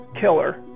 killer